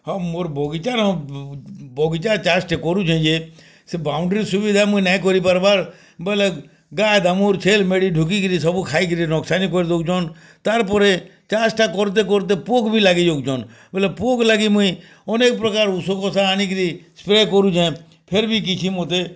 ହଁ ମୋର୍ ବାଗିଚାନ ବଗିଚା ଚାଷ୍ଟେ କରୁଚେଁ ଜେ ସେ ବାଉଣ୍ଡରି ସୁବିଧା ମୁଇଁ ନାଇଁ କର୍ପାର୍ବାର୍ ବଏଲେ ଗାଏ ଦାମୁର୍ ଛେଲ୍ ମେଣ୍ଢୀ ସବୁ ଢୁକି କିରି ସବୁ ଖାଇକିରି ସବୁ ନୋକ୍ସାନୀ କାରିଦୋଉଛନ୍ ତାର୍ପରେ ଚାଷ୍ଟା କର୍ତେ କର୍ତେ ପୁକ୍ ବି ଲାଗିଯାଉଚନ୍ ବେଲେ ପୁକ୍ ଲାଗି ମୁଇଁ ଅନେକ୍ ପ୍ରକାର୍ ଓଷକୋଷା ଆଣିକିରି ସ୍ପ୍ରେ କରୁଛେ ଫିର୍ ଭି କିଛି ମତେ